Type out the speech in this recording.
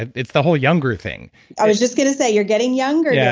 and it's the whole younger thing i was just going to say you're getting younger, yeah